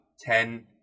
Ten